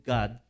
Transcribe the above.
God